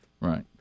right